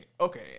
Okay